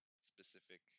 specific